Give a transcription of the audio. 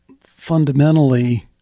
fundamentally